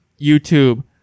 youtube